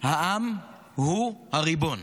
שהעם הוא הריבון.